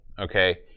okay